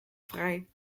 vrij